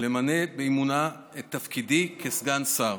למלא באמונה את תפקידי כסגן שר